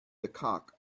cock